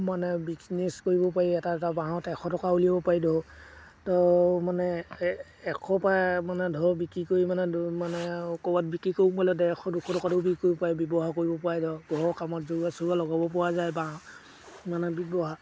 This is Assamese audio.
মানে বিজনেছ কৰিব পাৰি এটা এটা বাঁহত এশ টকা উলিয়াব পাৰি ধৰক ত' মানে এ এশৰ পৰা মানে ধৰ বিক্ৰী কৰি মানে মানে ক'ৰবাত বিক্ৰী কৰিবলৈ ডেৰশ দুশ টকাতো বিক্ৰী কৰিব পাৰি ব্যৱহাৰ কৰিব পাৰে ধৰ ঘৰৰ কামত জেওৰা চেওৰা লগাব পৰা যায় বাঁহত মানে ব্যৱহাৰ